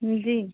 जी